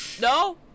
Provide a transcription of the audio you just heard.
no